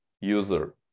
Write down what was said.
user